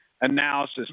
analysis